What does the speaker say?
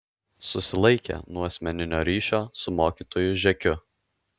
susilaikė nuo asmeninio ryšio su mokytoju žekiu